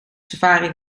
safari